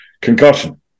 concussion